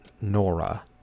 Nora